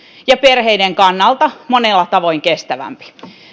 ja perheiden kannalta monella tavoin kestävämpi